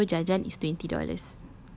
okay tomorrow jajan is twenty dollars